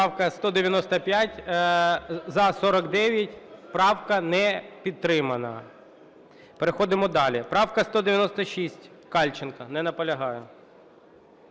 Правка 195. За – 49. Правка не підтримана. Переходимо далі. Правка 196, Кальченко. Не наполягає.